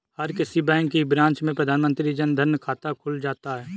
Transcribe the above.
हर किसी बैंक की ब्रांच में प्रधानमंत्री जन धन खाता खुल जाता है